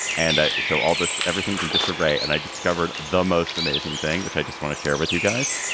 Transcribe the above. and so all this everything's in disarray. and i discovered the most amazing thing, which i just want to share with you guys.